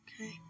okay